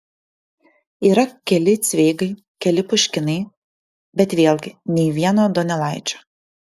yra keli cveigai keli puškinai bet vėlgi nė vieno donelaičio